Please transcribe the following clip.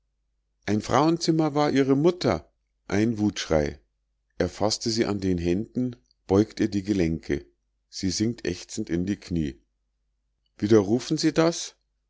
ein frauenzimmer war ihre mutter ein wutschrei er faßte sie an den händen beugt ihr die gelenke sie sinkt ächzend in die knie widerrufen sie das